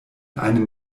einem